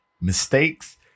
mistakes